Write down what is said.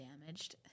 damaged